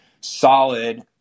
solid